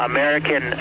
American